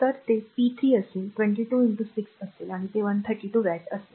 तर ते पी 3 असेल 22 6 असेल तर ते 132 वॅट असेल